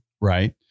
Right